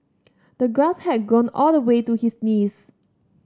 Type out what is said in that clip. the grass had grown all the way to his knees